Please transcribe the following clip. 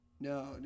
No